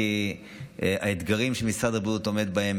כי האתגרים שמשרד הבריאות עומד בהם